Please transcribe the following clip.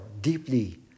deeply